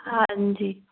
ਹਾਂਜੀ